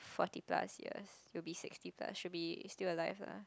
forty plus years would be sixty plus should be still alive lah